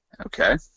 Okay